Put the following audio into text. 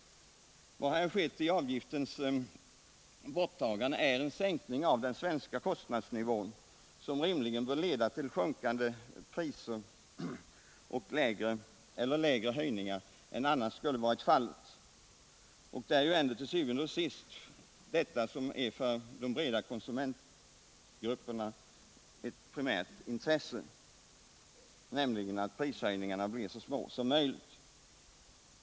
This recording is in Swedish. Vad som här har skett i och med avgiftens borttagande är en sänkning av den svenska kostnadsnivån, som rimligen bör leda till sjunkande priser och/eller lägre höjningar än vi annars skulle ha fått. Och det är ju ändå til syvende og sidst för de breda konsumentgrupperna ett primärt intresse att prishöjningarna blir så små som möjligt.